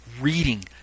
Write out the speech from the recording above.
reading